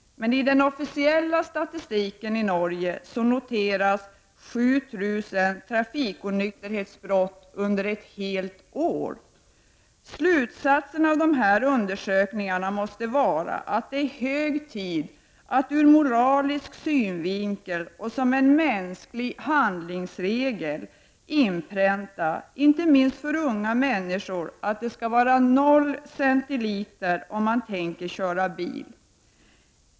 I Norges officiella statistik noteras 7 000 trafiknykterhetsbrott under ett helt år. Slutsatsen av dessa undersökningar måste bli att det är hög tid att ur moralisk synvinkel och som en mänsklig handlingsregel inpränta — inte minst för unga människor — att man får dricka 0 cl alkohol, om man tänker köra bil.